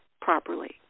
properly